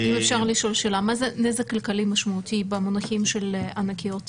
מה זה נזק כלכלי משמעותי במונחים של ענקיות טכנולוגיה?